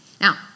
Now